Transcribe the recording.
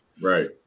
Right